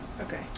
Okay